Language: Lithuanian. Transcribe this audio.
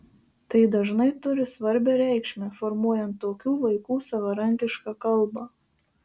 tai dažnai turi svarbią reikšmę formuojant tokių vaikų savarankišką kalbą